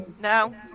No